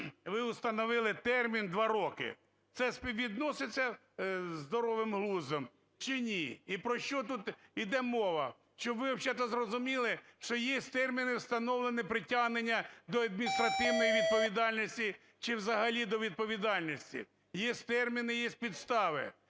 ви встановили термін два роки. Це співвідноситься із здоровим глуздом чи ні? І про що тут іде мова? Щоб ви вообще-то зрозуміли, що є терміни встановлення притягнення до адміністративної відповідальності чи взагалі до відповідальності, є терміни, є підстави.